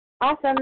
Awesome